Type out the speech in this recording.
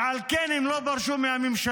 ועל כן הם לא פרשו מהממשלה.